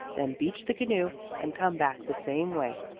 then beach the canoe and come back the same way.